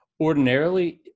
ordinarily